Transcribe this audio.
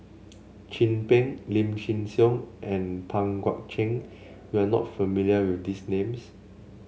Chin Peng Lim Chin Siong and Pang Guek Cheng you are not familiar with these names